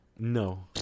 No